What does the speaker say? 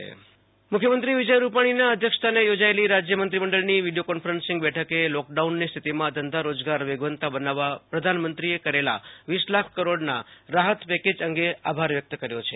આશતોષ અંતાણી રાજ્યઃમંત્રીમંડળ બેઠક મુખ્યમંત્રી વિજય રૂપાણી અધ્યક્ષસ્થાને યોજાયેલી રાજ્ય મંત્રીમંડળની વિડિયો કોન્ફરન્સીંગ બેઠકે લોકડાઉનની સ્થિતિમાં ધંધા રોજગાર વેગવંતા બનાવવા પ્રધાનમંત્રીએ કરેલા વીસ લાખ કરોડના રાહત પેકેજ અંગે આભાર વ્યક્ત કર્યો હતો